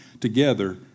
together